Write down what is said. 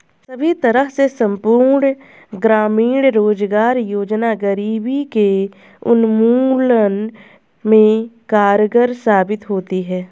सभी तरह से संपूर्ण ग्रामीण रोजगार योजना गरीबी के उन्मूलन में कारगर साबित होती है